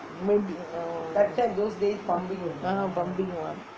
ah தம்பிங்கே:thambinggae